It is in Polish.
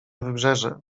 wybrzeże